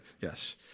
Yes